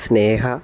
സ്നേഹ